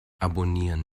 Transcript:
abonnieren